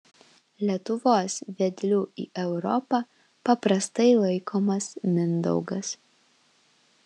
lietuvos vedliu į europą paprastai laikomas mindaugas